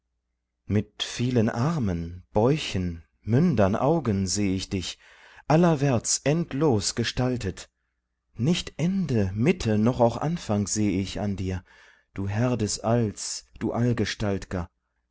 mit vielen armen bäuchen mündern augen seh ich dich allerwärts endlos gestaltet nicht ende mitte noch auch anfang seh ich an dir du herr des alls du